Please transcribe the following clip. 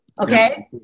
okay